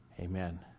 Amen